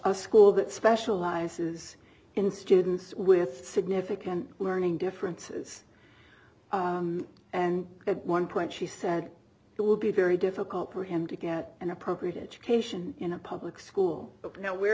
a school that specializes in students with significant learning differences and at one point she said it would be very difficult for him to get an appropriate education in a public school but now we're